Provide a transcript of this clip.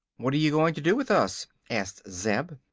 what are you going to do with us? asked zeb.